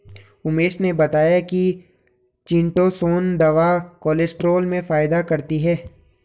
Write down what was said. उमेश ने बताया कि चीटोसोंन दवा कोलेस्ट्रॉल में फायदा करती है